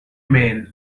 men